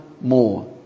more